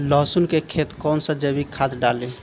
लहसुन के खेत कौन सा जैविक खाद डाली?